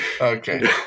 Okay